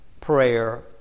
prayer